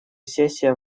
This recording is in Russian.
сессия